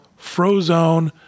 Frozone